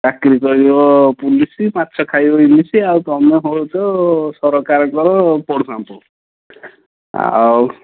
ଚାକିରି କରିବ ପୋଲିସ୍ ମାଛ ଖାଇବ ଇଲିସି ଆଉ ତୁମେ ହେଉଛ ସରକାରଙ୍କର ପୋଡ଼ୁହାଁ ପୁଅ ଆଉ